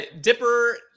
dipper